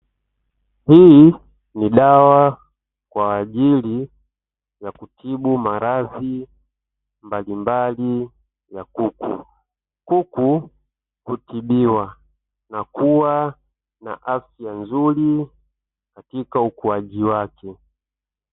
Hii ni dawa kwa ajili ya kutibu maradhi mbalimbali ya kuku. Kuku hutibiwa na kuwa na afya nzuri katika ukuaji wake.